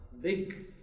big